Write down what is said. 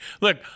Look